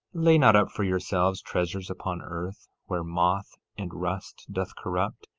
lay not up for yourselves treasures upon earth, where moth and rust doth corrupt,